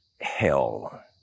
hell